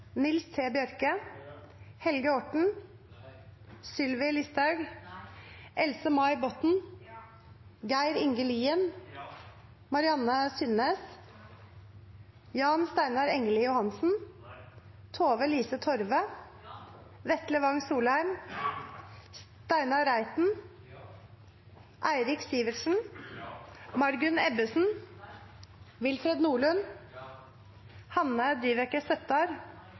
Nils T. Bjørke, Else-May Botten, Geir Inge Lien, Tove-Lise Torve, Steinar Reiten, Eirik Sivertsen, Willfred Nordlund,